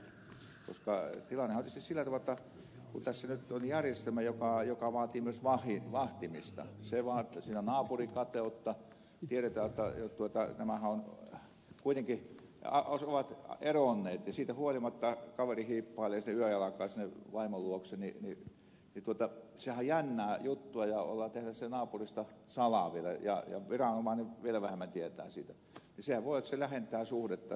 tilannehan on tietysti sillä tavalla jotta kun tässä nyt on järjestelmä joka vaatii myös vahtimista se vaan jotta siinä on naapurikateutta ja kun tiedetään jotta nämähän ovat eronneet ja siitä huolimatta kaveri hiippailee yöjalkaan sinne vaimon luokse niin sehän on jännää juttua tehdä naapurilta salaa vielä ja viranomainen vielä vähemmän tietää siitä